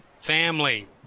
family